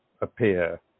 appear